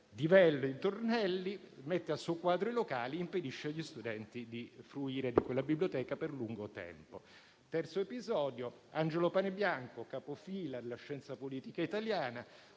divelle i tornelli, mette a soqquadro i locali e impedisce agli studenti di fruire di quella biblioteca per lungo tempo. Terzo episodio: Angelo Panebianco, capofila alla scienza politica italiana,